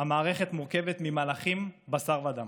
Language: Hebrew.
המערכת מורכבת ממלאכים בשר ודם